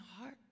heart